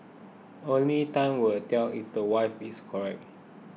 only time will tell if the wife is correct